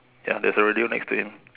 ya there's a radio next to him